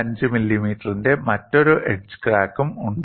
5 മില്ലിമീറ്ററിന്റെ മറ്റൊരു edge crack ഉണ്ട്